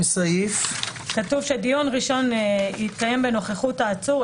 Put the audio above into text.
כתוב "דיון ראשון יתקיים בנוכחות העצור,